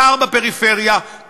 קר בפריפריה,